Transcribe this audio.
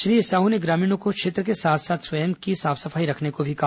श्री साहू ने ग्रामीणों को क्षेत्र के साथ साथ स्वयं की साफ सफाई रखने के लिए कहा